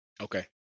okay